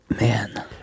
Man